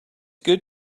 good